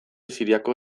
siriako